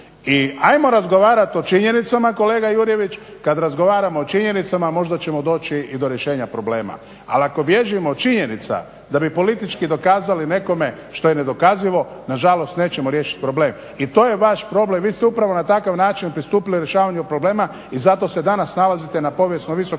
I hajmo razgovarat o činjenicama kolega Jurjević. Kad razgovaramo o činjenicama možda ćemo doći i do rješenja problema. Ali ako bježimo od činjenica da bi politički dokazali nekome što je nedokazivo na žalost nećemo riješiti problem. I to je vaš problem. Vi ste upravo na takav način pristupili rješavanju problema i zato se danas nalazite na povijesno visokom deficitu.